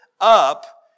up